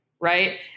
right